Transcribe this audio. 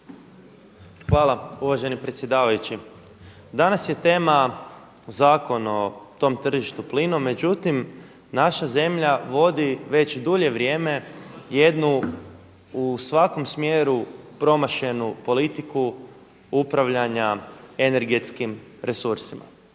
Hvala uvaženi predsjedavajući. Danas je tema Zakon o tom tržištu plinom, međutim naša zemlja vodi već dulje vrijeme jednu u svakom smjeru promašenu politiku upravljanja energetskim resursima.